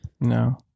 No